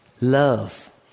love